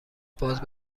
باز